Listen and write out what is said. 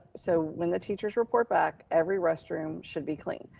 so when the teachers report back, every restroom should be clean.